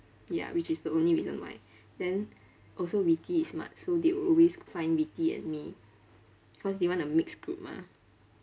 ya which is the only reason why then also witty is smart so they always find witty and me cause they want to mix group mah